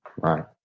Right